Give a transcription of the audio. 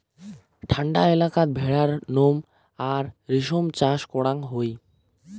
ঠান্ডা এলাকাত ভেড়ার নোম আর রেশম চাষ করাং হই